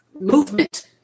Movement